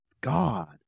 God